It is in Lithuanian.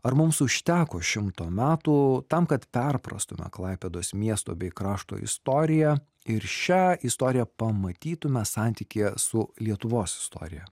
ar mums užteko šimto metų tam kad perprastume klaipėdos miesto bei krašto istoriją ir šią istoriją pamatytume santykyje su lietuvos istorija